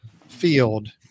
field